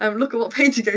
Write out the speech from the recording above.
um look at what page